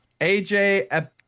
AJ